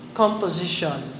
composition